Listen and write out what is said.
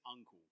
uncle